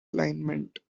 alignment